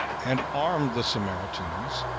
and armed the samaritans,